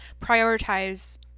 prioritize